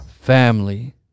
family